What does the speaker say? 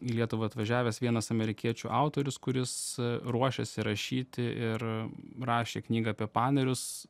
į lietuvą atvažiavęs vienas amerikiečių autorius kuris ruošėsi rašyti ir rašė knygą apie panerius